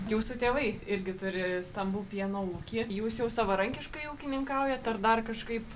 jūsų tėvai irgi turi stambų pieno ūkį jūs jau savarankiškai ūkininkaujat ar dar kažkaip